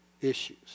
issues